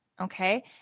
okay